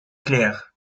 claires